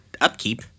upkeep